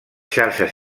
xarxes